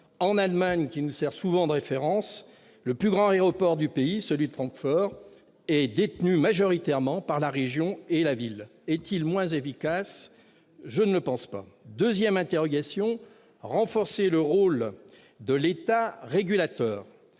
En Allemagne, pays qui nous sert souvent de référence, le plus grand aéroport, celui de Francfort, est majoritairement détenu par la région et la ville. Est-il moins efficace ? Je ne le pense pas. La deuxième interrogation concerne le renforcement du rôle de l'État régulateur.